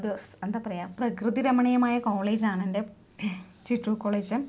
ഒരൂ സ എന്താ പറയുക പ്രകൃതി രമണീയമായ കോളേജാണെൻ്റെ ചിറ്റൂർ കോളേജ്